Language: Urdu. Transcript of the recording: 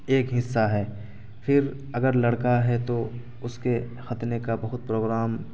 ایک حصہ ہے پھر اگر لڑکا ہے تو اس کے ختنے کا بہت پروگرام